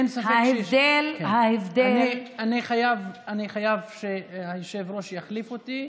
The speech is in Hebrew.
אין ספק, ההבדל אני חייב שהיושב-ראש יחליף אותי.